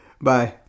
Bye